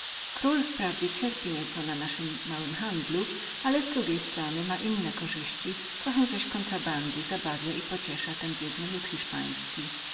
król wprawdzie cierpi nieco na naszym małym handlu ale z drugiej strony ma inne korzyści trocha zaś kontrabandy zabawia i pociesza ten biedny lud hiszpański